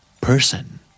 Person